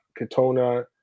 Katona